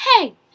hey